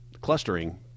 clustering